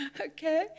Okay